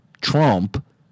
Trump